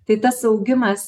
tai tas augimas